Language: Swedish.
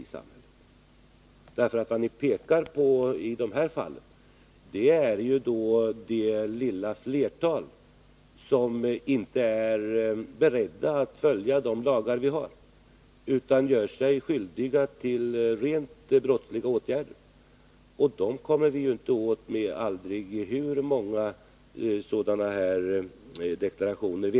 Vad ni pekar på i det här fallet är ju det lilla fåtal som inte är beredda att följa de lagar vi har, utan gör sig skyldiga till rent brottsliga handlingar. Och dem kommer vi inte åt med aldrig så många deklarationer.